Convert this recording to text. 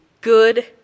good